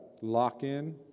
lock-in